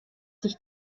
sich